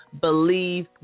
believe